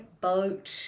boat